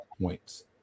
points